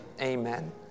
amen